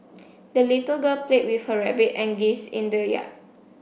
the little girl played with her rabbit and geese in the yard